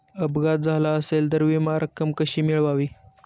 अपघात झाला असेल तर विमा रक्कम कशी मिळवावी?